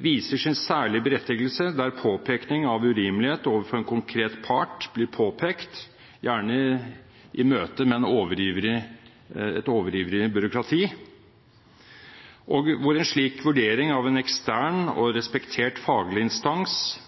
viser sin særlige berettigelse der urimelighet overfor en konkret part blir påpekt – gjerne i møte med et overivrig byråkrati – og hvor en slik vurdering av en ekstern og respektert faglig instans